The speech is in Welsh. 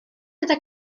gyda